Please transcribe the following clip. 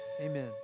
Amen